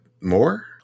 more